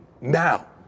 now